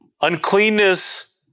Uncleanness